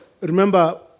remember